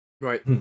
Right